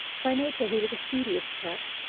by nature he was a studious chap,